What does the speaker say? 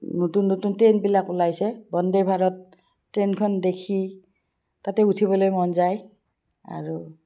নতুন নতুন ট্ৰেইনবিলাক ওলাইছে বন্দে ভাৰত ট্ৰেইনখন দেখি তাতে উঠিবলৈ মন যায় আৰু